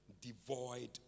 devoid